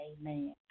amen